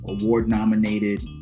award-nominated